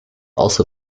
also